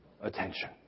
attention